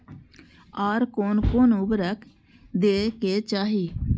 आर कोन कोन उर्वरक दै के चाही?